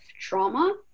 trauma